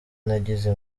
nagize